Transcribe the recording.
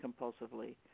compulsively